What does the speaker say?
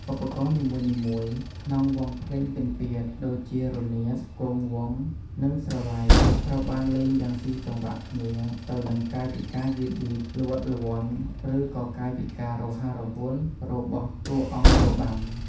ឧបករណ៍នីមួយៗក្នុងវង់ភ្លេងពិណពាទ្យ ដូចជារនាត គងវង់ និងស្រឡៃ ត្រូវបានលេងយ៉ាងស៊ីចង្វាក់គ្នាទៅនឹងកាយវិការយឺតៗ ល្វត់ល្វន់ ឬក៏កាយវិការរហ័សរហួនរបស់តួអង្គរបាំ។